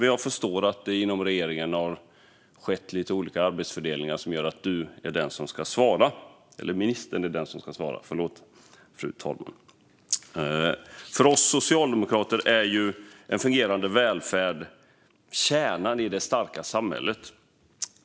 Men jag förstår att det inom regeringen har skett olika arbetsfördelningar som gör att civilministern är den som ska svara. För oss socialdemokrater är en fungerande välfärd kärnan i det starka samhället.